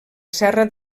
serra